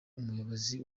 umuyobozi